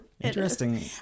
interesting